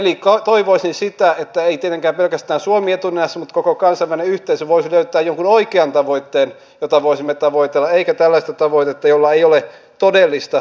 eli toivoisin sitä että ei tietenkään pelkästään suomi etunenässä vaan koko kansainvälinen yhteisö voisi löytää jonkun oikean tavoitteen jota voisimme tavoitella eikä tällaista tavoitetta jolla ei ole todellista pohjaa kehitysyhteistyössä